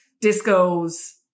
Disco's